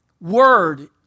word